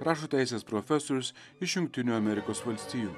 rašo teisės profesorius iš jungtinių amerikos valstijų